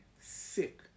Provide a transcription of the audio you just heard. sick